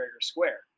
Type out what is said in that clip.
square